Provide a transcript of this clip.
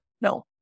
No